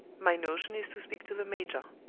my notion is to speak to the major.